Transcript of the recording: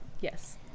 Yes